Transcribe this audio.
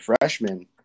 freshman